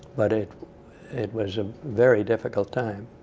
but it it was a very difficult time.